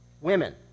women